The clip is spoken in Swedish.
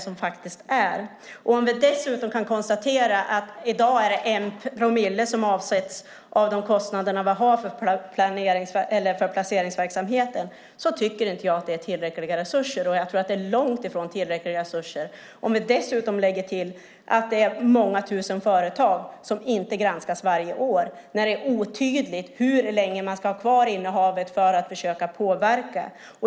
Om vi dessutom kan konstatera att det i dag är 1 promille som avsätts av de kostnader vi har för placeringsverksamheten tycker inte jag att det är tillräckliga resurser. Jag tror att det är långt ifrån tillräckliga resurser. Dessutom kan vi lägga till att det är många tusen företag som inte granskas varje år när det är otydligt hur länge man ska ha kvar innehavet för att försöka påverka.